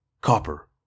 copper